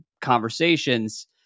conversations